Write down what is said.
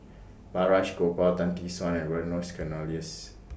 Balraj Gopal Tan Tee Suan and Vernon's Cornelius